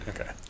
Okay